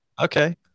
Okay